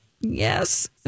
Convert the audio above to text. Yes